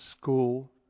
school